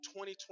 2020